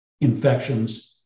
infections